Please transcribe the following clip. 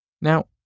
Now